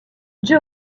joe